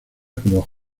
como